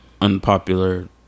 unpopular